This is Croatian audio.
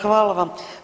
Hvala vam.